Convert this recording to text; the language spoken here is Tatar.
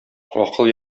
акыл